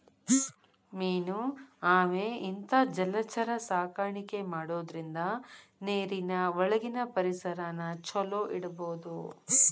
main ಆಮೆ ಇಂತಾ ಜಲಚರ ಸಾಕಾಣಿಕೆ ಮಾಡೋದ್ರಿಂದ ನೇರಿನ ಒಳಗಿನ ಪರಿಸರನ ಚೊಲೋ ಇಡಬೋದು